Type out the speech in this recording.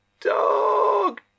dog